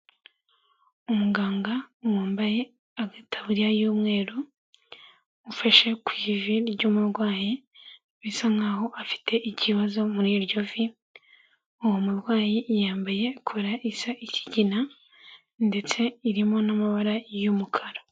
Umuganga wambaye agataburiya y'umweru ufashe ku ivi ry'umurwayi, bisa nkaho afite ikibazo muri iryo vi, uwo murwayi yambaye kora isa ikigina ndetse irimo n'amabara y'umukara.